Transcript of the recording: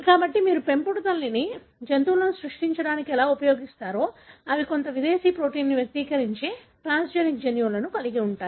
కాబట్టి మీరు పెంపుడు తల్లిని జంతువులను సృష్టించడానికి ఎలా ఉపయోగిస్తారో అవి కొంత విదేశీ ప్రోటీన్ను వ్యక్తీకరించే ట్రాన్స్జెనిక్ జన్యువులను కలిగి ఉంటాయి